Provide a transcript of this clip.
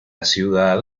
ciudad